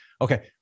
okay